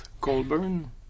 Colburn